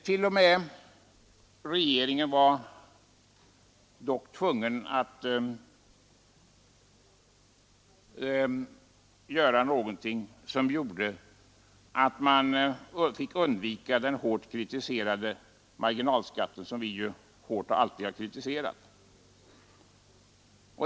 T. o. m. regeringen var dock tvungen att göra någonting för att undvika effekterna av marginalskatten, som vi alltid hårt har kritiserat.